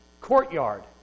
courtyard